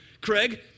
Craig